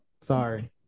sorry